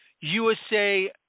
USA